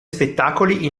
spettacoli